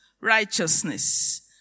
righteousness